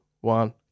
one